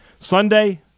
Sunday